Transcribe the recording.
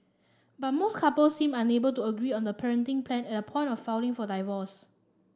but most couples seemed unable to agree on the parenting plan at the point of filing for divorce